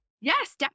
Yes